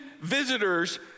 visitors